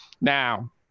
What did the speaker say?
Now